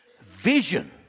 vision